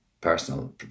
personal